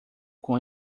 com